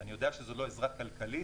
אני יודע שזו לא עזרה כלכלית,